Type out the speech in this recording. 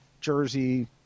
Jersey